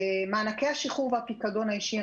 מענקי השחרור והפיקדון האישי,